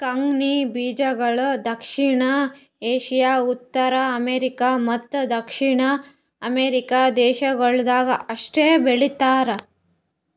ಕಂಗ್ನಿ ಬೀಜಗೊಳ್ ದಕ್ಷಿಣ ಏಷ್ಯಾ, ಉತ್ತರ ಅಮೇರಿಕ ಮತ್ತ ದಕ್ಷಿಣ ಅಮೆರಿಕ ದೇಶಗೊಳ್ದಾಗ್ ಅಷ್ಟೆ ಬೆಳೀತಾರ